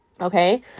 Okay